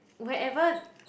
whenever